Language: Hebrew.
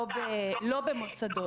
לא במוסדות.